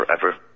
forever